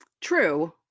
True